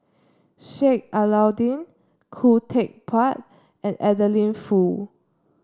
Sheik Alau'ddin Khoo Teck Puat and Adeline Foo